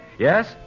Yes